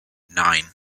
nine